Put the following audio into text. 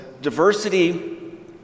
diversity